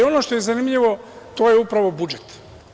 Ono što je zanimljivo, to je upravo budžet.